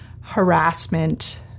harassment